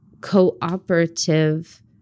cooperative